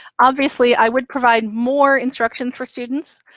obviously, i would provide more instructions for students,